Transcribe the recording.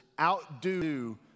Outdo